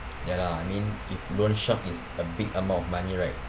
ya lah I mean if loan shark is a big amount of money right